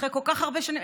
אחרי כל כך הרבה שנים.